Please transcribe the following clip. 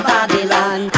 Babylon